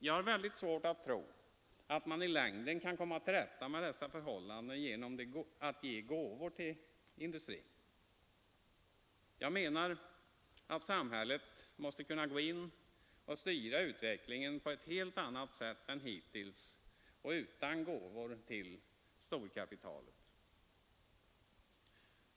Jag har mycket svårt att tro att man i längden kan komma till rätta med dessa förhållanden genom att ge gåvor till industrin. Jag menar att samhället måste kunna gå in och styra utvecklingen på ett helt annat sätt än hittills och utan gåvor till storkapitalet.